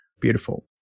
Beautiful